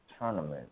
tournament